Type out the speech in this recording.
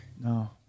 No